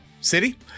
city